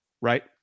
Right